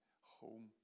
home